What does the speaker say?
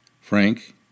Frank